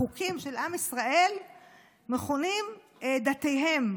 החוקים של עם ישראל מכונים "דתיהם".